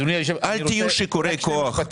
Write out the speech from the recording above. אל תהיו שיכורי כוח,